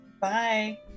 Bye